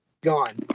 gone